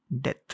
death